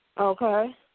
Okay